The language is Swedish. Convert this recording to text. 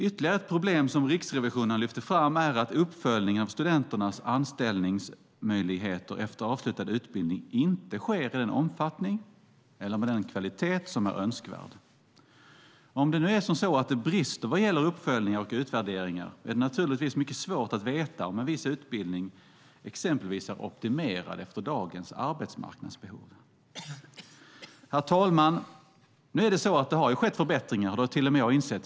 Ytterligare ett problem som Riksrevisionen lyfter fram är att uppföljningen av studenternas anställningsmöjligheter efter avslutad utbildning inte sker i den omfattning eller med den kvalitet som är önskvärd. Om det nu är som så att det brister vad gäller uppföljning och utvärdering är det naturligtvis mycket svårt att veta om en viss utbildning är optimerad efter dagens arbetsmarknadsbehov. Herr talman! Nu är det så att det har skett förbättringar. Det har till och med jag insett.